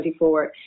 2024